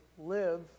live